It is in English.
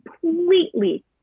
completely